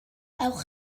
ewch